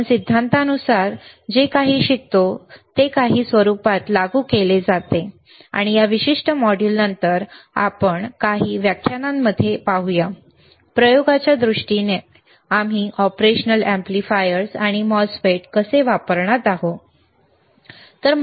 आपण सिद्धांतानुसार जे काही शिकतो ते काही स्वरूपात लागू केले जाते आणि या विशिष्ट मॉड्यूल नंतर आपण काही व्याख्यानांमध्ये पाहू प्रयोगाच्या दृष्टिकोनातून आम्ही ऑपरेशन एम्पलीफायर्स आणि MOSFET कसे वापरणार आहोत ठीक आहे